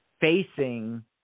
facing